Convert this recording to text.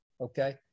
okay